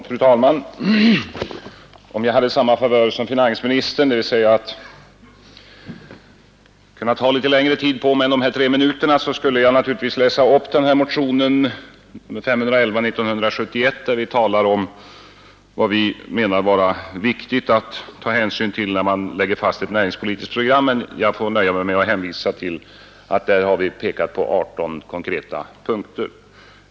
Fru talman! Om jag hade samma favör som finansministern, dvs. att kunna ta litet längre tid på mig än de tre minuter som jag nu har till förfogande, skulle jag naturligtvis läsa upp motionen 511, där vi talar om vad vi menar vara viktigt att ta hänsyn till när man lägger upp ett näringspolitiskt program, men jag får nöja mig med att hänvisa till att vi där har pekat på 18 konkreta punkter i detta sammanhang.